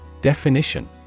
Definition